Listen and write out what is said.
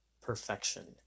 perfection